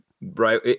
Right